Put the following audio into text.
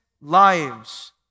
lives